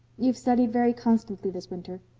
you've studied very constantly this winter.